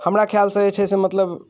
हमरा ख्यालसँ जे छै से मतलब